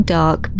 dark